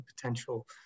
potential